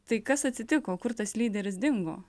tai kas atsitiko kur tas lyderis dingo